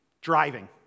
Driving